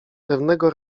pewnego